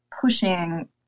pushing